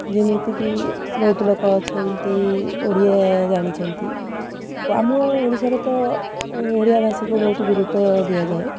ଯେମିତିକି ବହୁତ ଲୋକ ଅଛନ୍ତି ଓଡ଼ିଆ ଜାଣିଛନ୍ତି ଓ ଆମ ଓଡ଼ିଶାରେ ତ ଓଡ଼ିଆ ଭାଷାକୁ ବହୁତ ଗୁରୁତ୍ୱ ଦିଆଯାଏ